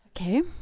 Okay